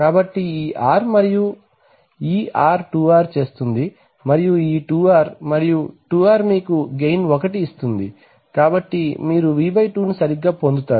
కాబట్టి ఈ R మరియు ఈ R 2R చేస్తుంది మరియు ఈ 2R మరియు 2R మీకు గెయిన్ 1 ఇస్తుంది కాబట్టి మీరు V 2 ను సరిగ్గా పొందుతారు